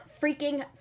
freaking